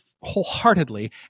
wholeheartedly